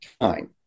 time